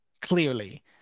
clearly